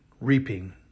reaping